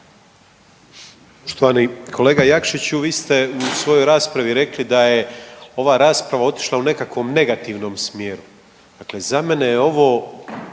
Poštovani. Kolega Jakšiću vi ste u svojoj raspravi rekli da je ova rasprava otišla u nekakvom negativnom smjeru. Dakle, za mene je ovo